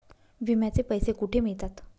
विम्याचे पैसे कुठे मिळतात?